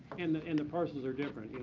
and the and parcels are different. you